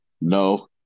No